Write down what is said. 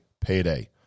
payday